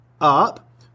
up